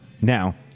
Now